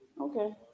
Okay